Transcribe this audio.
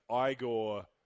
Igor